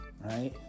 Right